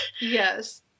Yes